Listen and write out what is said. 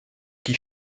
qui